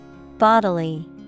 Bodily